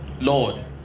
Lord